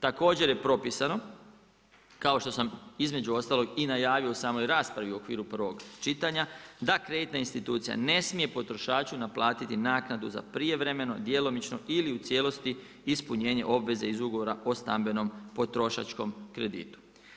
Također je propisano kao što sam između ostalog i najavio u samoj raspravi u okviru prvog čitanja, da kreditna institucija ne smije potrošaču naplatiti naplatu za prijevremeno, djelomično ili u cijelosti ispunjenje obveze iz ugovora o stambenom potrošačkom kreditu.